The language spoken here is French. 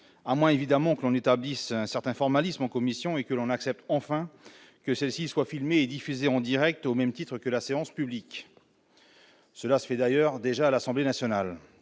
à moins évidemment qu'on établisse un certain formalisme en commission et que l'on accepte enfin que celle-ci soit filmée et diffusée en Direct, au même titre que la séance publique. Cela d'ailleurs déjà à l'Assemblée nationale,